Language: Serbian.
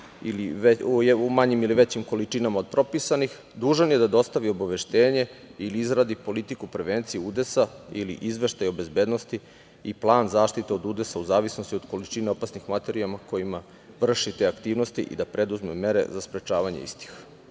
u manjim ili većim količinama od propisanih, dužan je da dostavi obaveštenje ili izradi politiku prevencije udesa ili izveštaj o bezbednosti i plan zaštite udesa u zavisnosti od količine opasnih materija kojima vrši te aktivnosti i da preduzme mere za sprečavanje istih.